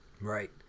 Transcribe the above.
Right